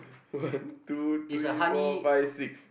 one two three four five six